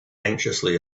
anxiously